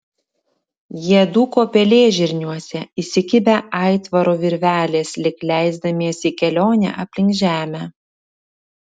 jie dūko pelėžirniuose įsikibę aitvaro virvelės lyg leisdamiesi į kelionę aplink žemę